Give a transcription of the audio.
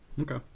Okay